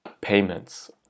payments